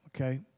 Okay